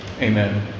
amen